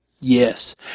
Yes